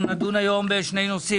אנחנו נדון היום בשני נושאים.